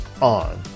on